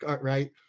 right